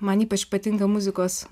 man ypač patinka muzikos